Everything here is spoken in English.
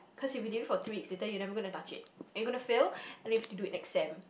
cause if you leave it for two weeks later you are never gonna touch it and you gonna fail and you have to do it next sem